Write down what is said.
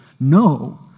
No